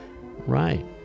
Right